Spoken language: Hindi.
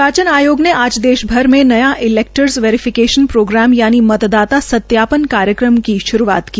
निर्वाचन आयोग ने आज देशभर में न्या इलैक्टरस वेरीफीकेशन प्रोग्राम यानि मतदाता सत्यापन कार्यक्रम की शुरूआत की